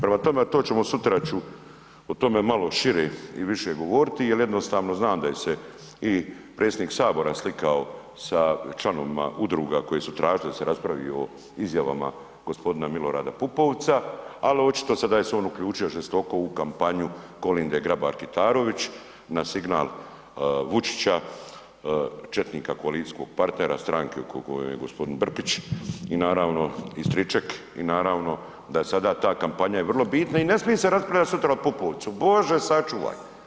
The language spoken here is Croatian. Prema tome, sutra ću o tome malo šire i više govoriti jel jednostavno znam da je se i predsjednik Sabora slikao sa članovima udruga koje su tražile da se raspravi o izjavama gospodina Milorada Pupovca, ali očito sada je se on uključio žestoko u kampanju Kolinde Grabar Kitarović na signal Vučića četnika, koalicijskog partnera strane u kojoj je g. Brkić i naravno, i ... i naravno da sada ta kampanja je vrlo bitna i ne smije se raspravljat sutra o Pupovcu, Bože sačuvaj.